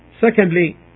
Secondly